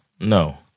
No